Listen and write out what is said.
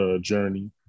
journey